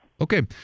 Okay